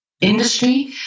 industry